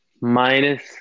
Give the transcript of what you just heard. Minus